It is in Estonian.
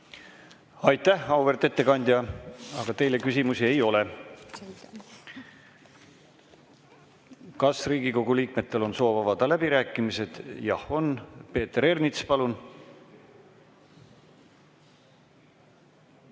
Aitäh, auväärt ettekandja! Teile küsimusi ei ole. Kas Riigikogu liikmetel on soovi avada läbirääkimisi? Jah, on. Peeter Ernits, palun!